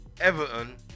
Everton